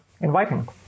inviting